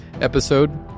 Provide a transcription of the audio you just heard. episode